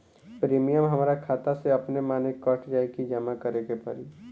Premium हमरा खाता से अपने माने कट जाई की जमा करे के पड़ी?